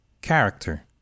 character